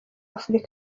afurika